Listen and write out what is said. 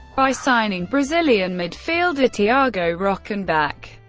by signing brazilian midfielder thiago rockenbach.